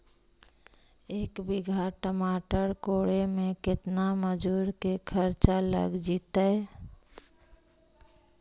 एक बिघा टमाटर कोड़े मे केतना मजुर के खर्चा लग जितै?